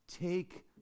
take